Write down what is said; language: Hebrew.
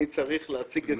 אני צריך להציג הסברים.